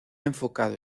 enfocado